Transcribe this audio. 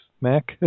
Mac